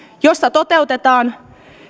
missä toteutetaan